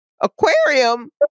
aquarium